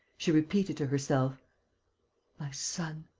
she repeated to herself my son.